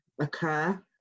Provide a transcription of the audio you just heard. occur